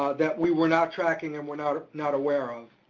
ah that we were not tracking and were not ah not aware of.